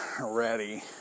ready